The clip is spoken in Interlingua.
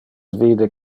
vide